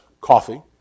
coffee